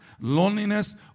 loneliness